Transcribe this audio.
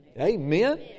Amen